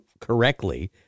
correctly